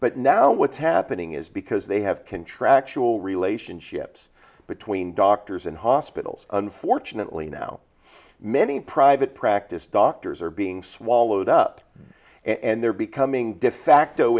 but now what's happening is because they have contractual relationships between doctors and hospitals unfortunately now many private practice doctors are being swallowed up and they're becoming defacto